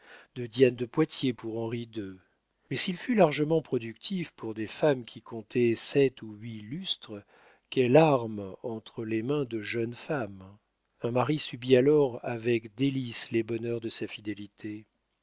de diane de poitiers pour henri ii mais s'il fut largement productif pour des femmes qui comptaient sept ou huit lustres quelle arme entre les mains de jeunes femmes un mari subit alors avec délices les bonheurs de sa fidélité